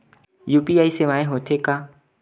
UPI सेवाएं हो थे का?